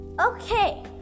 Okay